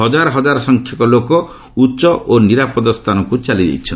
ହକାର ହଜାର ସଂଖ୍ୟକ ଲୋକ ଉଚ୍ଚ ଓ ନିରାପଦ ସ୍ଥାନକୁ ଚାଲିଯାଇଛନ୍ତି